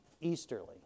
easterly